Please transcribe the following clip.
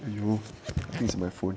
think it's my phone